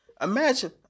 Imagine